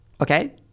okay